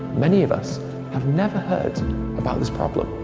many of us have never heard about this problem.